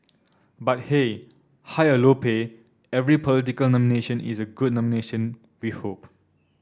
but hey high or low pay every political nomination is a good nomination we hope